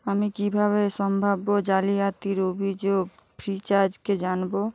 আমি কীভাবে সম্ভাব্য জালিয়াতির অভিযোগ ফ্রিচার্জকে জানাবো